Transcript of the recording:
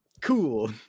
cool